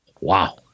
Wow